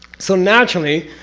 so naturally,